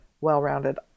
well-rounded